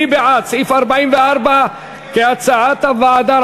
מי בעד סעיף 44 כהצעת הוועדה,